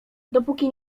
dopóki